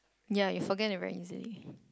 ya you forget to write easily